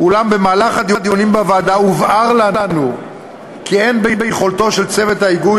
אולם במהלך הדיונים בוועדה הובהר לנו כי אין ביכולתו של צוות ההיגוי